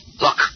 Look